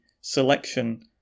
selection